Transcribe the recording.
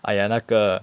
!aiya! 那个